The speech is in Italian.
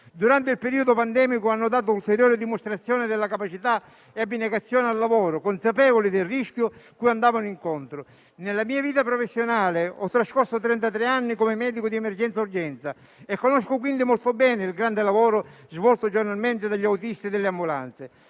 durante il periodo pandemico hanno dato ulteriore dimostrazione della loro capacità e dell'abnegazione al lavoro, consapevoli del rischio cui andavano incontro. Nella mia vita professionale ho trascorso trentatré anni come medico di emergenza e urgenza e conosco quindi molto bene il grande lavoro svolto giornalmente dagli autisti delle ambulanze.